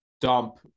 dump